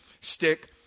stick